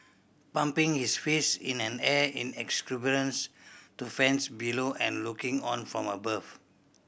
pumping his fist in an air in exuberance to fans below and looking on from above